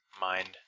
mind